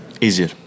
easier